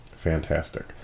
Fantastic